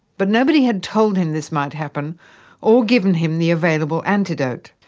but nobody had told him this might happen or given him the available antidote.